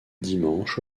dimanche